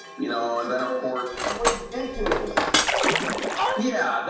you know and then of course ridiculous yeah,